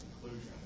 conclusion